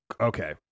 okay